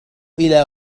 إلى